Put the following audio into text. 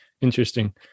Interesting